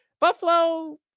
buffalo